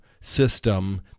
system